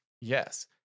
Yes